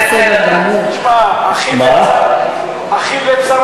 מאה אחוז.